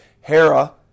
Hera